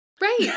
Right